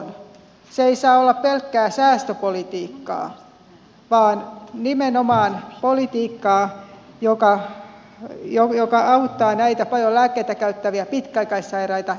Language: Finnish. se ei saa olla pelkkää säästöpolitiikkaa vaan nimenomaan politiikkaa joka auttaa näitä paljon lääkkeitä käyttäviä pitkäaikaissairaita ikäihmisiä